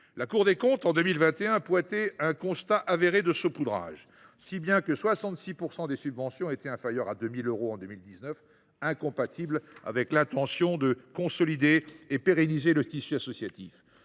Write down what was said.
rapport de 2021 intitulé, a relevé « un constat avéré de saupoudrage », si bien que 66 % des subventions étaient inférieures à 2 000 euros en 2019 ; c’est incompatible avec l’intention de consolider et de pérenniser le tissu associatif.